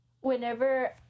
whenever